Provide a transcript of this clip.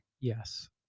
Yes